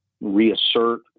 reassert